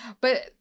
But-